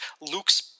Luke's